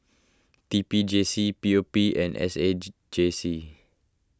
T P J C P O P and S age J C